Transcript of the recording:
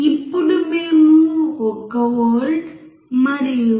ఇప్పుడు మేము 1 వోల్ట్ మరియు 0